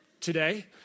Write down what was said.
today